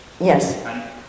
Yes